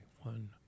one